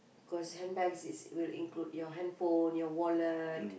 cause handbags is will include your handphone your wallet